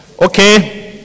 okay